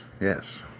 Yes